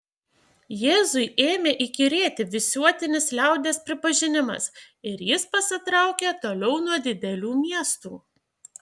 jėzui ėmė įkyrėti visuotinis liaudies pripažinimas ir jis pasitraukė toliau nuo didelių miestų